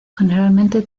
generalmente